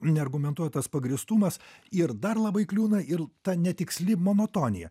neargumentuotas pagrįstumas ir dar labai kliūna ir ta netiksli monotonija